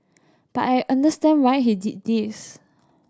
but I understand why he did this